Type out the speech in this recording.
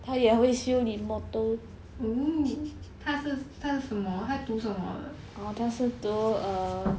oo 他是他是什么他读什么的